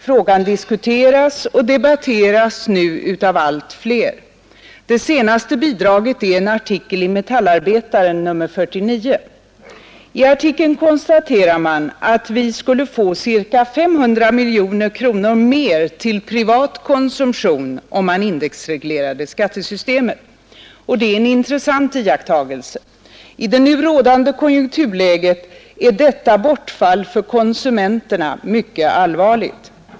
Frågan diskuteras och debatteras nu av allt fler. Det senaste bidraget är en artikel i tidningen Metallarbetaren nr 49. I artikeln konstaterar man att vi skulle få ca 500 miljoner kronor mer till privat konsumtion om man indexreglerade skattesystemet. Det är en intressant iakttagelse. I det nu rådande konjunkturläget är detta bortfall för konsumenterna mycket allvarligt.